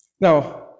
Now